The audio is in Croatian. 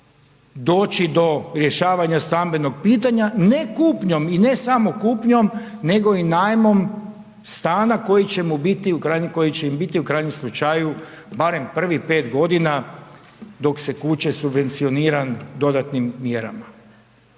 doći do rješavanja stambenog pitanja, ne kupnjom i ne samo kupnjom, nego i najmom stana koji će mu biti, koji će im biti u krajnjem slučaju barem prvih 5.g. dok se kuće subvencioniran dodatnim mjerama.